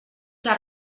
que